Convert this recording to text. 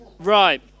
Right